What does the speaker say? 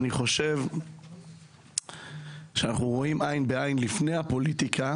אני חושב שאנחנו רואים עין בעין לפני הפוליטיקה,